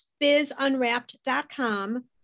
Bizunwrapped.com